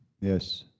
Yes